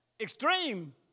extreme